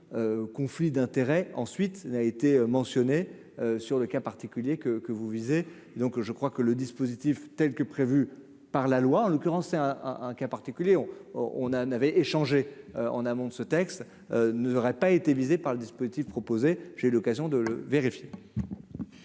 conflit d'intérêt ensuite n'a été mentionnée sur le cas particulier que que vous visez, donc je crois que le dispositif, telle que prévue par la loi, en l'occurrence c'est un un cas particulier on, on, on avait échangé, en amont de ce texte ne aurait pas été visés par le dispositif proposé, j'ai l'occasion de le vérifier.